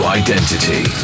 identity